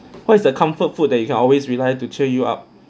what is the comfort food that you can always rely to cheer you up